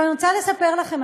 אני רוצה לספר לכם,